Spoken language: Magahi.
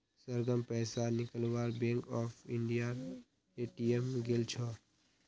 सरगम पैसा निकलवा बैंक ऑफ इंडियार ए.टी.एम गेल छ